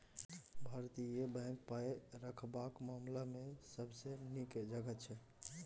भारतीय बैंक पाय रखबाक मामला मे सबसँ नीक जगह छै